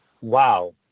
wow